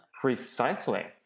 Precisely